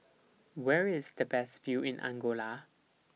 Where IS The Best View in Angola